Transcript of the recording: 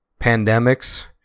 pandemics